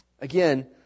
again